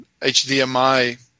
HDMI